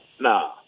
nah